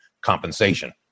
compensation